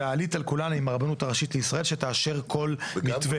והעלית על כולנו עם הרבנות הראשית לישראל שתאשר כל מתווה.